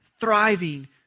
thriving